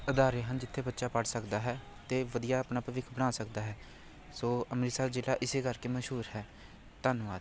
ਅਦਾਰੇ ਹਨ ਜਿਥੇ ਬੱਚਾ ਪੜ੍ਹ ਸਕਦਾ ਹੈ ਅਤੇ ਵਧੀਆ ਆਪਣਾ ਭਵਿੱਖ ਬਣਾ ਸਕਦਾ ਹੈ ਸੋ ਅੰਮ੍ਰਿਤਸਰ ਜਿਹੜਾ ਇਸ ਕਰਕੇ ਮਸ਼ਹੂਰ ਹੈ ਧੰਨਵਾਦ